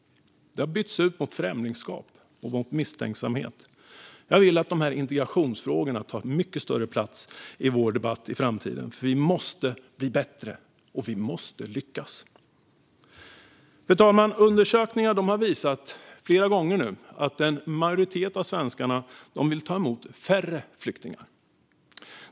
Den har bytts ut mot främlingskap och misstänksamhet. Jag vill att integrationsfrågorna tar mycket större plats i vår debatt i framtiden, för vi måste bli bättre. Vi måste lyckas. Fru talman! Undersökningar har flera gånger visat att en majoritet av svenskarna vill ta emot färre flyktingar.